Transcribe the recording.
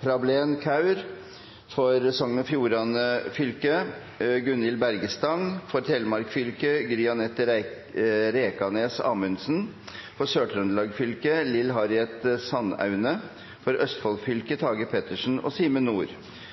Prableen Kaur For Sogn og Fjordane fylke: Gunhild Berge Stang For Telemark fylke: Gry-Anette Rekanes Amundsen For Sør-Trøndelag fylke: Lill Harriet Sandaune For Østfold fylke: Tage Pettersen og Simen